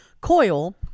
coil